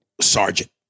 sergeant